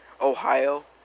Ohio